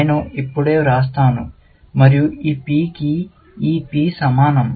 నేను ఇప్పుడే వ్రాస్తాను మరియు ఈ P ఈ P కి సమానం